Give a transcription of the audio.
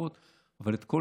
יש פה שאלות נוספות,